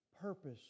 purpose